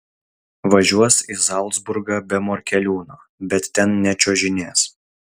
važiuos į zalcburgą be morkeliūno bet ten nečiuožinės